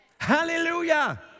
Hallelujah